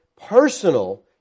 personal